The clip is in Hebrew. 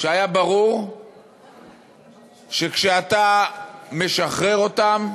שהיה ברור שכשאתה משחרר אותם